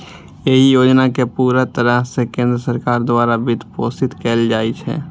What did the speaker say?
एहि योजना कें पूरा तरह सं केंद्र सरकार द्वारा वित्तपोषित कैल जाइ छै